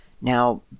Now